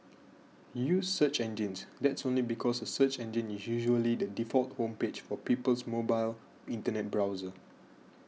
use search engines that's only because a search engine is usually the default home page for people's mobile Internet browser